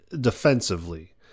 defensively